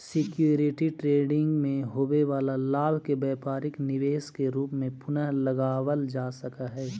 security trading में होवे वाला लाभ के व्यापारिक निवेश के रूप में पुनः लगावल जा सकऽ हई